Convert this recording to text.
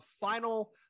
final